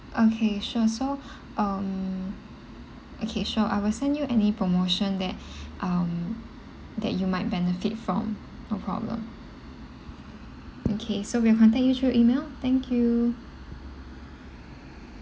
okay sure so um okay sure I will send you any promotion that um that you might benefit from no problem okay so we'll contact you through email thank you